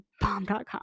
Bomb.com